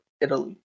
Italy